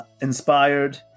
inspired